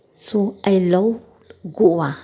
so I love Goa